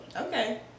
okay